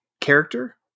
character